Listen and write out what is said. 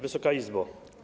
Wysoka Izbo!